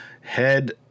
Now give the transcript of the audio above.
Head